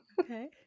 Okay